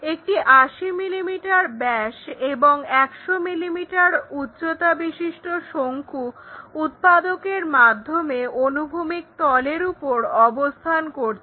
একটি 80 millimetre ব্যাস এবং 100 মিলি মিটার উচ্চতাবিশিষ্ট শঙ্কু উৎপাদকের মাধ্যমে অনুভূমিক তলের উপর অবস্থান করছে